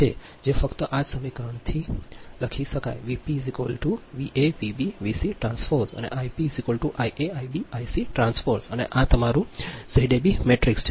છે તે ફક્ત આ જ સમીકરણથી અને આ છે તમારું ઝૅએબીસી મેટ્રિક્સ